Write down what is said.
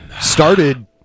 Started